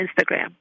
Instagram